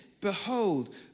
behold